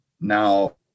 now